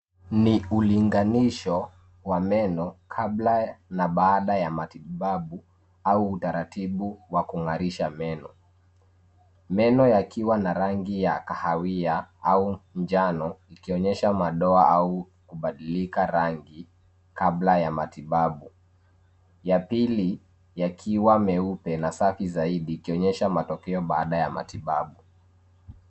Ni ulinganisho wa meno kabla na baada ya matibabu au utaratibu wa kung'arisha meno. Meno yakiwa na rangi ya kahawia au njano ikionyesha madoa au kubadilika rangi kabla ya matibabu. Ya pili, yakiwa meupe na safi zaidi ikionyesha matokeo baada ya matibabu.